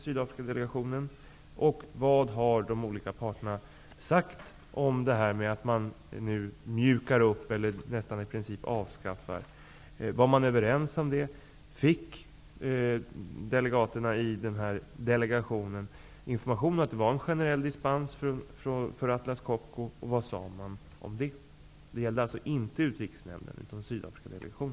Sydafrikadelegationen, och vad har de olika parterna sagt om detta med att man nu mjukar upp eller nästan i princip avskaffar sanktionerna? Var man överens om det? Fick delegaterna i delegationen information om att det var en generell dispens för Atlas Copco? Vad sade man om det? Det gällde allså inte utrikesnämnden, utan